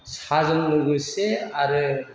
साहजों लोगोसे आरो